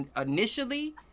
initially